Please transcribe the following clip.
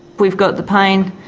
we've got the pain,